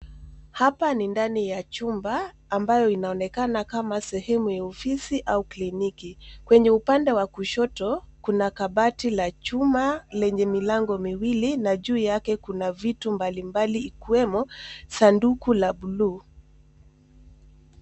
Hapa ni ndani ya chumba ambayo inaonekana kama sehemu ya ofisi au kliniki. Kwenye upande wa kushoto kuna kabati la chuma lenye milango miwili na juu yake kuna vitu mbalimbali ikiwemo sanduku la buluu.